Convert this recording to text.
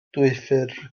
dwyffurf